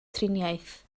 triniaeth